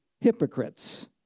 hypocrites